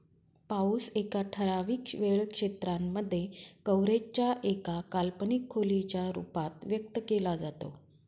पाऊस एका ठराविक वेळ क्षेत्रांमध्ये, कव्हरेज च्या एका काल्पनिक खोलीच्या रूपात व्यक्त केला जातो